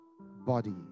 body